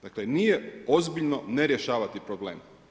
Dakle, nije ozbiljno ne rješavati probleme.